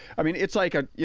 i mean it's like a, yeah